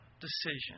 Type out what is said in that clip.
decision